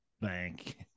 bank